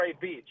Beach